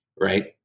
Right